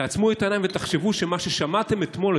תעצמו את העיניים ותחשבו שמה ששמעתם אתמול,